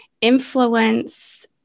influence